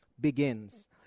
begins